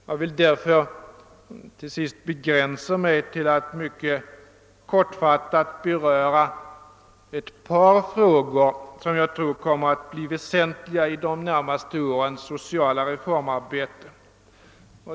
Jag vill därför begränsa mig till att avslutningsvis mycket kortfattat beröra ett par frågor som jag tror kommer att bli väsentliga i de närmaste årens sociala reformarbete.